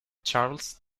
charles